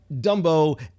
Dumbo